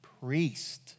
priest